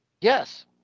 Yes